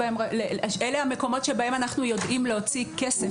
אלה המקומות שבהם אנחנו יודעים להוציא כסף.